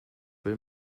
will